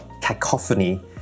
cacophony